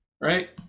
Right